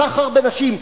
סחר בנשים,